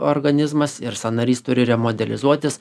organizmas ir sąnarys turi remodelizuotis